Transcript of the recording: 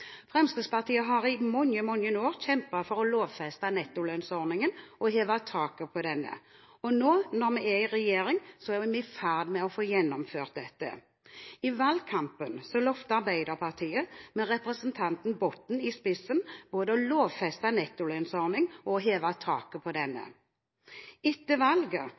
Fremskrittspartiet har i mange år kjempet for å lovfeste nettolønnsordningen og heve taket på denne. Nå når vi er i regjering, er vi i ferd med å få gjennomført dette. I valgkampen lovte Arbeiderpartiet, med representanten Botten i spissen, både å lovfeste nettolønnsordningen og å heve taket på denne. Etter valget